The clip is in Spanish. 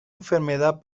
enfermedad